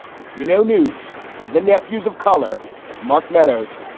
if you know, news of the nephews of color of mark meadows,